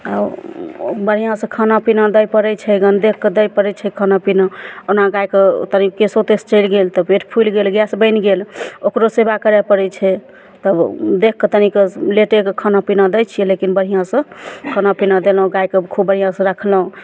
आ आओर बढ़िआँसँ खानापीना दै पड़य छै देखिके दै पड़य छै खानापीना ओना गायके तनी केशो तेस चलि गेल तऽ पेट फुलि गेल गैस बनि गेल ओकरो सेबा करय पड़य छै तब देखिकऽ तनीकऽ लेटेकऽ खानापीना दै छियै लेकिन बढ़िआँसँ खानापीना देलहुँ गायके खूब बढ़िआँसँ रखलहुँ